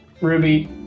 Ruby